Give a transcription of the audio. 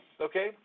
okay